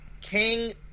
King